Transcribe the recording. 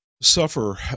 suffer